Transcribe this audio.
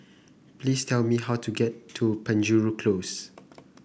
please tell me how to get to Penjuru Close